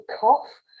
cough